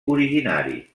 originari